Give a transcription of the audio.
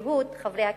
ייהוד, חברי הכנסת,